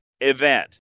event